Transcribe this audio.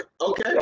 okay